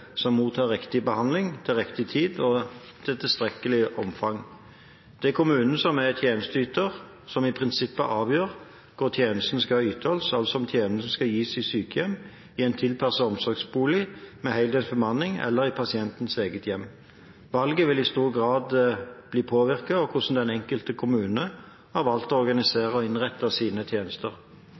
som skal sørge for at den enkelte mottar riktig behandling til riktig tid og i tilstrekkelig omfang. Det er kommunen som tjenesteyter som i prinsippet avgjør hvor tjenesten skal ytes – altså om tjenesten skal gis i sykehjem, i en tilpasset omsorgsbolig med heldøgns bemanning eller i pasientens eget hjem. Valget vil i stor grad bli påvirket av hvordan den enkelte kommune har valgt å organisere og innrette sine tjenester.